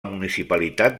municipalitat